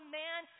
man